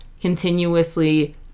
continuously